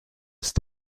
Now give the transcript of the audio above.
ist